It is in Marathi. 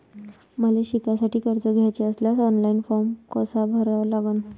मले शिकासाठी कर्ज घ्याचे असल्यास ऑनलाईन फारम कसा भरा लागन?